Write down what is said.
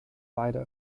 beide